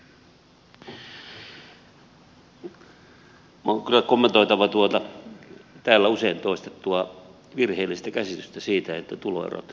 on kyllä kommentoitava tuota täällä usein toistettua virheellistä käsitystä siitä että tuloerot kaventuisivat